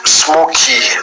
smoky